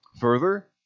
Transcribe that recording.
Further